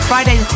Friday